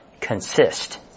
Consist